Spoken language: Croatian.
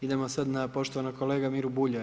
Idemo sad na poštovanog kolegu Miru Bulja.